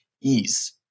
ease